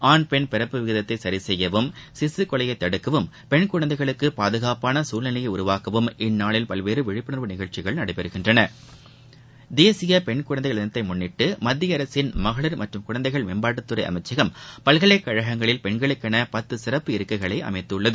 ஆண் பெண் பிறப்பு விகிதத்தை சரி செய்யவும் சிசு கொலையை தடுக்கவும் பெண் குழந்தைகளுக்கு பாதுகாப்பான சூழ்நிலையை உருவாக்கவும் இந்நாளில் பல்வேறு விழிப்புணா்வு நிகழ்ச்சிகள் நடடபெற்றன தேசிய பெண் குழந்தை தினத்தை முன்னிட்டு மத்திய அரசின் மகளிர் மற்றும் குழந்தைகள் மேம்பாட்டு துறை அமைச்சகம் பல்கலைக்கழகங்களில் பெண்களுக்கென பத்து சிறப்பு இருக்கைகளை அமைத்துள்ளது